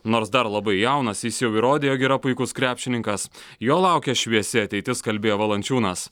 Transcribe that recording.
nors dar labai jaunas jis jau įrodė jog yra puikus krepšininkas jo laukia šviesi ateitis kalbėjo valančiūnas